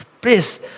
Please